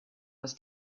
was